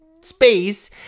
space